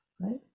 right